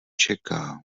čeká